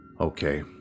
Okay